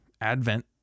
Advent